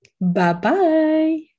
Bye-bye